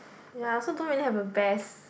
ya I also don't really have a best